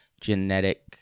genetic